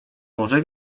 może